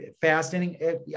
fascinating